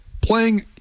playing